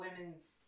women's